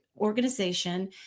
organization